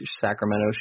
Sacramento